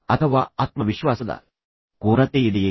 ಅಥವಾ ನಿಮಗೆ ಆತ್ಮವಿಶ್ವಾಸದ ಕೊರತೆಯಿದೆಯೇ